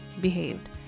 behaved